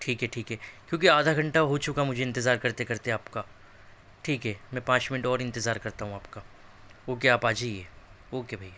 ٹھیک ہے ٹھیک کیوں کہ آدھا گھنٹہ ہو چکا مجھے انتظار کرتے کرتے آپ کا ٹھیک ہے میں پانچ منٹ اور انتظار کرتا ہوں آپ کا اوکے آپ آ جائیے اوکے بھیا